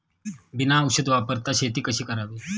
बिना औषध वापरता शेती कशी करावी?